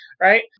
Right